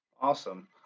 Awesome